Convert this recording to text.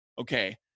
okay